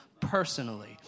personally